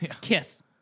Kiss